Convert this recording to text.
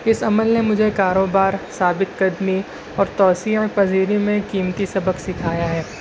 اس عمل نے مجھے کاروبار ثابت کرنے اور توسیعہ پزیری میں قیمتی سبق سکھایا ہے